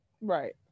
Right